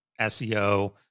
SEO